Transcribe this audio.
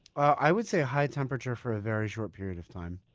i would say high temperature for a very short period of time.